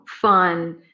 fun